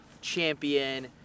champion